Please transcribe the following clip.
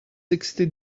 sixty